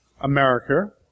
America